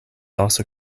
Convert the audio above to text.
also